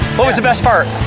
what was the best part?